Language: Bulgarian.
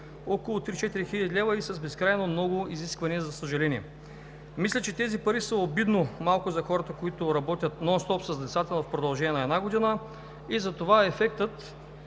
около 3 – 4 хил. лв., и с безкрайно много изисквания, за съжаление. Мисля, че тези пари са обидно малко за хората, които работят нонстоп с децата в продължение на една година, и затова ефектът